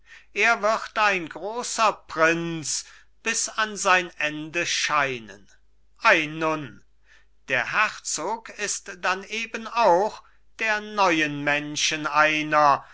er wird ein großer prinz bis an sein ende scheinen ei nun der herzog ist dann eben auch der neuen menschen einer